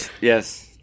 Yes